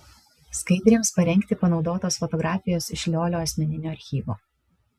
skaidrėms parengti panaudotos fotografijos iš liolio asmeninio archyvo